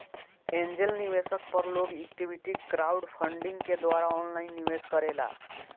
angel निवेशक पर लोग इक्विटी क्राउडफण्डिंग के द्वारा ऑनलाइन निवेश करेला